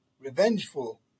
revengeful